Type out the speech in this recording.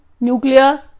nuclear